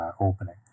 opening